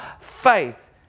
faith